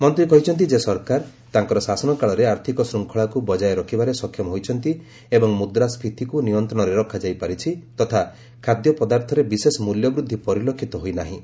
ମନ୍ତ୍ରୀ କହିଛନ୍ତି ଯେ ସରକାର ତାଙ୍କର ଶାସନକାଳରେ ଆର୍ଥିକ ଶୃଙ୍ଖଳାକୁ ବଜାୟ ରଖିବାରେ ସକ୍ଷମ ହୋଇଛନ୍ତି ଏବଂ ମ୍ରଦା଼ସ୍କୀତିକୁ ନିୟନ୍ତ୍ରଣରେ ରଖାଯାଇ ପାରିଛି ତଥା ଖାଦ୍ୟପଦାର୍ଥରେ ବିଶେଷ ମୂଲ୍ୟ ବୃଦ୍ଧି ପରିଲକ୍ଷିତ ହୋଇନାହିଁ